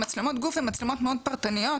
מצלמות גוף הן מצלמות מאוד פרטניות.